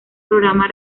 programa